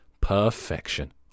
Perfection